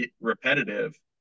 repetitive